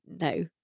no